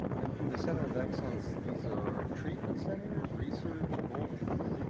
and the center of excellence, these are treatment centers, research, both?